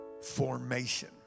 formation